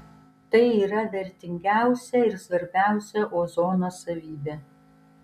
tai yra vertingiausia ir svarbiausia ozono savybė